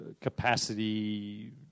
capacity